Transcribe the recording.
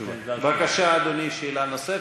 בבקשה, אדוני, שאלה נוספת.